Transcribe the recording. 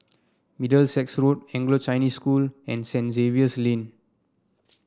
Middlesex Road Anglo Chinese School and Saint Zavier's Lane